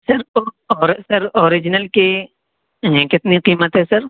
صرف سر اوریجنل کے کتنی قیمت ہے سر